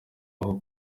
aho